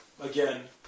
Again